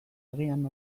agian